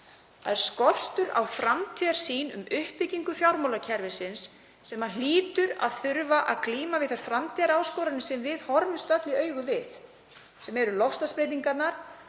Það er skortur á framtíðarsýn um uppbyggingu fjármálakerfisins sem hlýtur að þurfa að glíma við þær framtíðaráskoranir sem við horfumst öll í augu við, sem eru loftslagsbreytingarnar,